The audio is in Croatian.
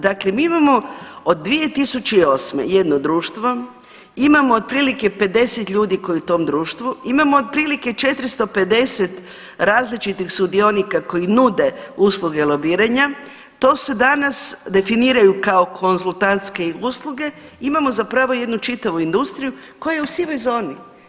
Dakle, mi imamo od 2008. jedno društvo, imamo otprilike 50 ljudi koje je u tom društvu, imamo otprilike 450 različitih sudionika koji nude usluge lobiranja, to su danas definiraju kao konzultantske usluge, imamo zapravo jednu čitavu industriju koja je u sivoj zoni.